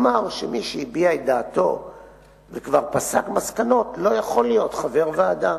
אמר שמי שהביע את דעתו וכבר פסק מסקנות לא יכול להיות חבר הוועדה.